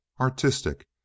artistic